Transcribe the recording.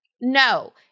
No